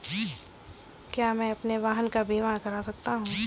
क्या मैं अपने वाहन का बीमा कर सकता हूँ?